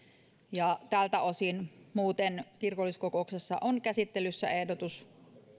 ja tältä osin muuten kirkolliskokouksessa on käsittelyssä ehdotus